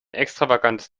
extravagantes